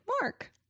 mark